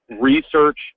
research